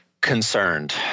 concerned